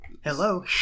Hello